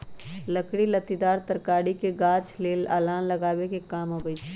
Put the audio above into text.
लकड़ी लत्तिदार तरकारी के गाछ लेल अलान लगाबे कें काम अबई छै